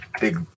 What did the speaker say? big